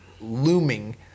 looming